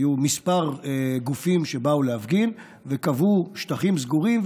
היו כמה גופים שבאו להפגין וקבעו שטחים סגורים.